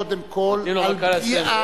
קודם כול על פגיעה